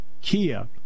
Kia